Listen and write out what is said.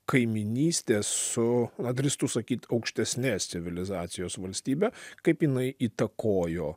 kaimynystė su a drįstu sakyt aukštesnės civilizacijos valstybe kaip jinai įtakojo